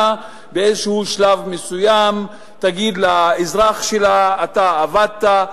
בשלב מסוים תגיד לאזרח שלה: אתה עבדת,